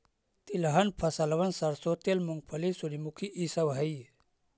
तिलहन फसलबन सरसों तेल, मूंगफली, सूर्यमुखी ई सब हई